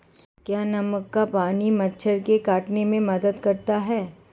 क्या नमक का पानी मच्छर के काटने में मदद करता है?